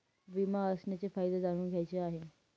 विमा असण्याचे फायदे जाणून घ्यायचे आहे